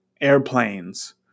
airplanes